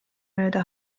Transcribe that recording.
mööda